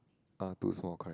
uh two small correct